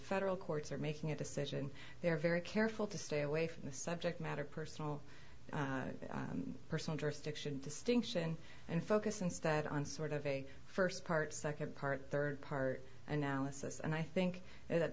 federal courts are making a decision they are very careful to stay away from the subject matter personal personal jurisdiction distinction and focus instead on sort of a first part second part third part analysis and i think that